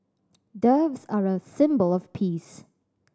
doves are a symbol of peace